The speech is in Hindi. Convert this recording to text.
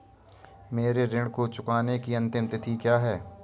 मेरे ऋण को चुकाने की अंतिम तिथि क्या है?